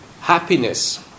happiness